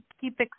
keep